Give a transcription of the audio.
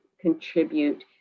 contribute